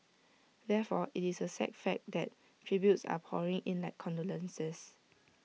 therefore IT is A sad fact that the tributes are pouring in like condolences